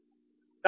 కాబట్టి 0